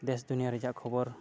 ᱫᱮᱥ ᱫᱩᱱᱤᱭᱟ ᱨᱮᱭᱟᱜ ᱠᱷᱚᱵᱚᱨ